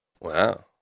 wow